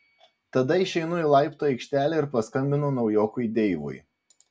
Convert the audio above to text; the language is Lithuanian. tada išeinu į laiptų aikštelę ir paskambinu naujokui deivui